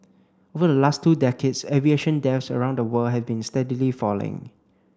over the last two decades aviation deaths around the world have been steadily falling